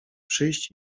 przyjść